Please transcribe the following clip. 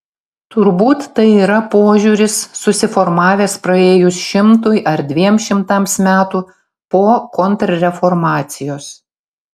turbūt tai yra požiūris susiformavęs praėjus šimtui ar dviem šimtams metų po kontrreformacijos